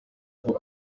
rugo